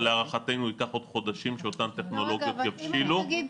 אבל להערכתנו ייקח עוד חודשים שאותן טכנולוגיות יבשילו.